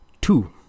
two